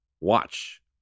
watch